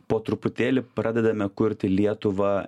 po truputėlį pradedame kurti lietuvą